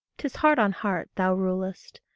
tis heart on heart thou rulest.